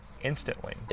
instantly